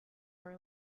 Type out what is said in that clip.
were